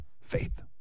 Faith